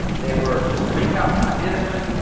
they were just to recap, time management,